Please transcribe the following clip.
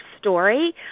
story